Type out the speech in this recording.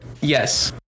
yes